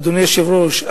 אדוני היושב-ראש,